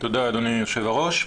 תודה, אדוני יושב הראש.